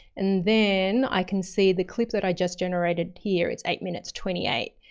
and then, i can see the clip that i just generated here. it's eight minutes twenty eight.